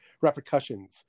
repercussions